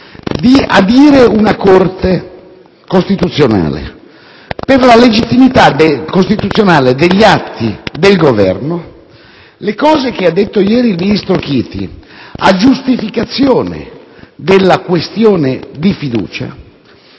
di adire la Corte costituzionale per la legittimità costituzionale degli atti del Governo, le cose che ha detto ieri il ministro Chiti a giustificazione della questione di fiducia